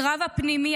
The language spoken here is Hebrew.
הקרב הפנימי,